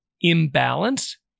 imbalance